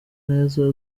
neza